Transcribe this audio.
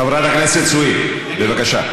חברת הכנסת סויד, בבקשה.